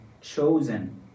chosen